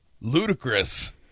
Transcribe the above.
Ludicrous